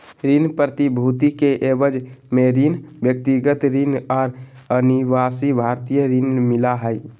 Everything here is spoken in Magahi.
ऋण प्रतिभूति के एवज में ऋण, व्यक्तिगत ऋण और अनिवासी भारतीय ऋण मिला हइ